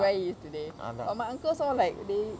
to where he is today but my uncles all like they